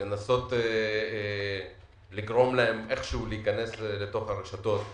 ולנסות לגרום להם איכשהו להיכנס לתוך הרשתות.